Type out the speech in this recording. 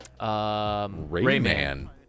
Rayman